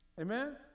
Amen